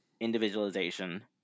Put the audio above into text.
individualization